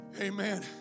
amen